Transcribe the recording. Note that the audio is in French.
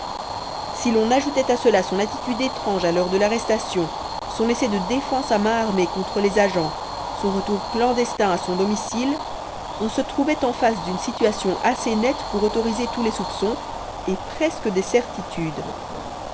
si l'on ajoutait à cela son attitude étrange à l'heure de l'arrestation son essai de défense à main armée contre les agents son retour clandestin à son domicile on se trouvait en face d'une situation assez nette pour autoriser tous les soupçons et presque des certitudes